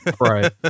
Right